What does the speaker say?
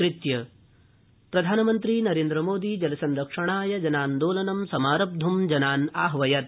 मन की बात प्रधानमंत्री नरेन्द्रमोदी जलसंरक्षणाय जनान्दोलनं समारब्ध् जनान् आहवयत्